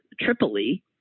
Tripoli